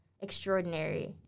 extraordinary